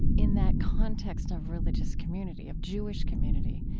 in that context of religious community, of jewish community?